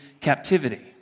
captivity